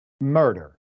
murder